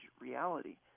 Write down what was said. reality